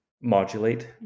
modulate